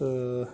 تہٕ